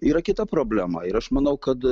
yra kita problema ir aš manau kad